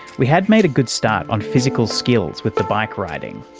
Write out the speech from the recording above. we had made a good start on physical skills with the bike riding.